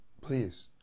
Please